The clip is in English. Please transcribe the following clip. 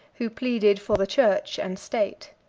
who pleaded for the church and state.